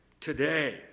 today